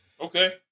Okay